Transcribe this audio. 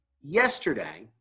yesterday